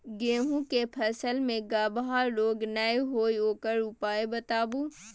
गेहूँ के फसल मे गबहा रोग नय होय ओकर उपाय बताबू?